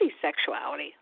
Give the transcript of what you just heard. sexuality